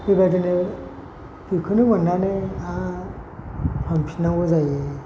बिबायदिनो बेखौनो मोननानै आरो फानफिननांगौ जायो